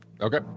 Okay